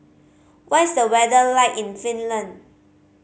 what is the weather like in Finland